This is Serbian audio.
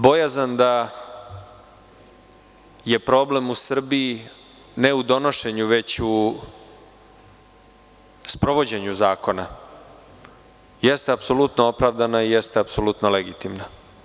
Bojazan da je problem u Srbiji ne u donošenju, već u sprovođenju zakona jeste apsolutno opravdano i jeste apsolutno legitimno.